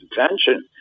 attention